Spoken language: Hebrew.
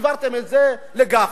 העברתם את זה לגפני.